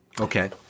Okay